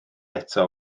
eto